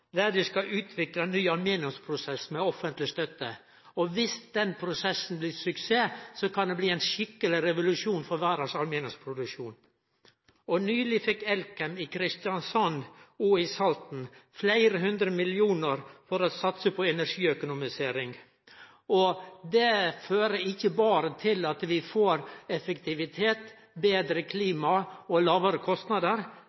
Lista, der dei skal utvikle ein ny aluminiumsprosess med offentleg støtte. Viss den prosessen blir suksess, kan det bli ein skikkeleg revolusjon for verdas aluminiumsproduksjon. Nyleg fekk Elkem i Kristiansand og i Salten fleire hundre millionar for å satse på energiøkonomisering. Det fører ikkje berre til at vi får effektivitet,